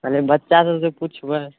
कहलहुँ बच्चा सबसँ पुछबै